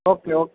okay okay